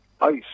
ice